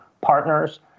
partners